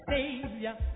Savior